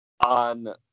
on